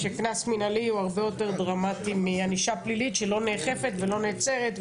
שקנס מינהלי הוא הרבה יותר דרמטי מענישה פלילית שלא נאכפת ולא נעצרת,